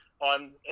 on